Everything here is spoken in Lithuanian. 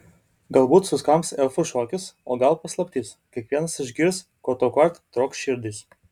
galbūt suskambs elfų šokis o gal paslaptis kiekvienas išgirs ko tuokart trokš širdis